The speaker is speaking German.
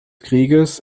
krieges